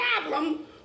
problem